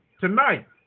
Tonight